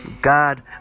God